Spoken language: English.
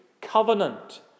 covenant